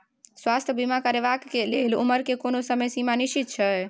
स्वास्थ्य बीमा करेवाक के लेल उमर के कोनो समय सीमा निश्चित छै?